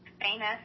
famous